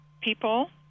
people